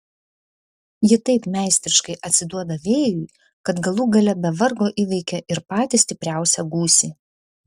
ji taip meistriškai atsiduoda vėjui kad galų gale be vargo įveikia ir patį stipriausią gūsį